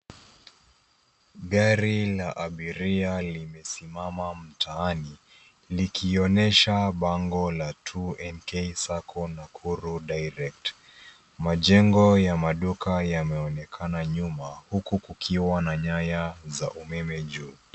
Gari la abiria limesimama mtaani likionyesha bango la 2NK ya Nakuru direct. Majengo ya maduka yanaonekana nyuma huku kukiwa na nyaya za umeme juu.